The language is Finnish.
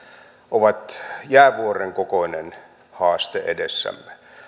ovat jäävuoren kokoinen haaste edessämme